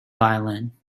violin